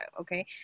okay